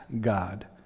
God